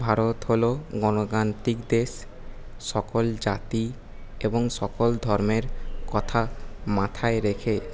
ভারত হল গণতান্ত্রিক দেশ সকল জাতি এবং সকল ধর্মের কথা মাথায় রেখে